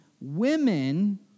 Women